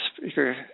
speaker